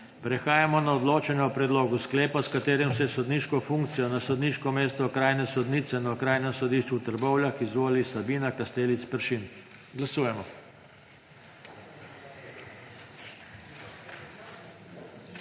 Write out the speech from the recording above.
Prehajamo na odločanje o predlogu sklepa, s katerim se v sodniško funkcijo na sodniško mesto okrajne sodnice na Okrajnem sodišču v Trbovljah izvoli Sabina Kastelic Peršin. Glasujemo.